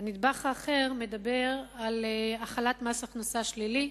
נדבך אחר מדבר על החלת מס הכנסה שלילי,